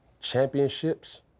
championships